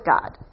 God